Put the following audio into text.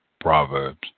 Proverbs